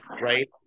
right